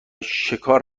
شکار